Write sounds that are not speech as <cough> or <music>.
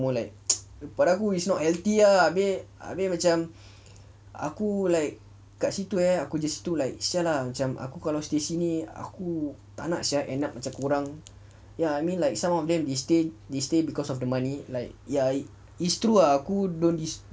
more like <noise> pada aku it's not healthy ah abeh abeh macam aku like kat situ eh aku kerja situ like !siala! macam aku kalau stay sini aku tak nak sia end up macam kau orang ya I mean like some of them they stay they stay because of the money like ya it's true ah aku